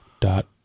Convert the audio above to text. dot